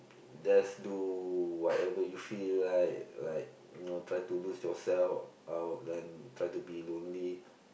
just do whatever you feel like like you know try to lose yourself or then try to be lonely